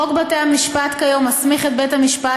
כיום חוק בתי המשפט מסמיך את בית המשפט